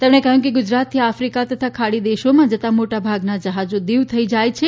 તેમણે કહ્યું કે ગુજરાતથી આફીકા તથા ખાડી દેશોમાં જતા મોટા ભાગના જહાજો દીવ થઇ જાય છે